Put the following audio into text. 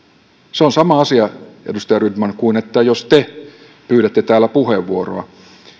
se on sama asia edustaja rydman kuin se että te pyydätte täällä puheenvuoroa